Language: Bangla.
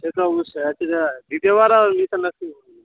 সে তো অবশ্যই একই বার দ্বিতীয় বার আর মিসআন্ডারস্ট্যান্ডিং হবে না